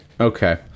Okay